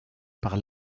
par